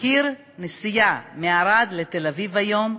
מחיר נסיעה מערד לתל-אביב היום,